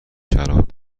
شراب